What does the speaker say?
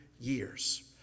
years